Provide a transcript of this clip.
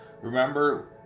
Remember